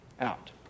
out